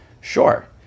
Sure